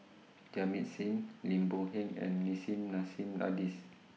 Jamit Singh Lim Boon Heng and Nissim Nassim Adis